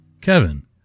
Kevin